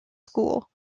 school